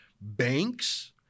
banks